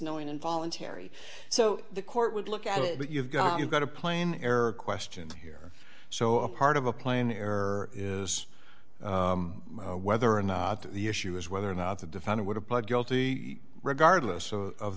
no involuntary so the court would look at it but you've got you've got a plain error question here so a part of a plain error is whether or not the issue is whether or not the defendant would have pled guilty regardless of